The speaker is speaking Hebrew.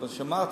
אבל שמעתי,